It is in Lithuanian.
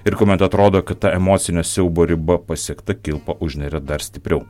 ir kuomet atrodo kad ta emocinio siaubo riba pasiekta kilpą užneria dar stipriau